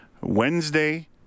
Wednesday